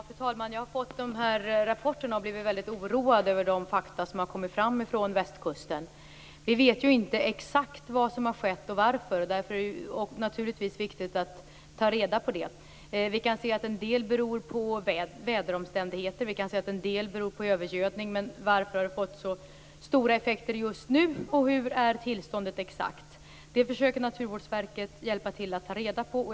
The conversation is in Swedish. Fru talman! Jag har fått dessa rapporter och blivit väldigt oroad över de fakta från västkusten som har framkommit. Vi vet inte exakt vad som har skett och varför. Därför är det naturligtvis viktigt att ta reda på det. Vi kan se att en del beror på väderomständigheter och att en del beror på övergödning. Varför det har fått så stora effekter just nu och hur tillståndet exakt är försöker Naturvårdsverket att hjälpa till att reda på.